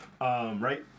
right